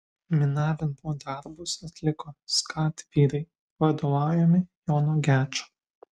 minavimo darbus atliko skat vyrai vadovaujami jono gečo